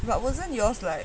but wasn't yours leh